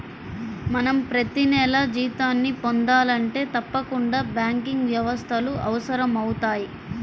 మనం ప్రతినెలా జీతాన్ని పొందాలంటే తప్పకుండా బ్యాంకింగ్ వ్యవస్థలు అవసరమవుతయ్